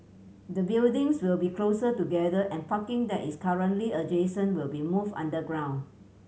the buildings will be closer together and parking that is currently adjacent will be moved underground